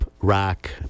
rock